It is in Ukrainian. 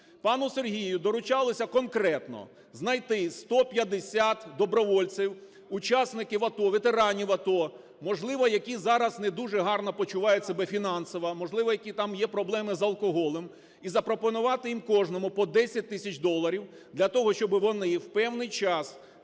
Пану Сергію доручалося конкретно знайти 150 добровольців, учасників АТО, ветеранів АТО, можливо, які зараз не дуже гарно почувають себе фінансово, можливо, у яких там є проблем з алкоголем і запропонувати їм кожному по 10 тисяч доларів для того, щоб вони в певний час